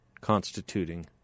constituting